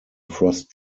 frost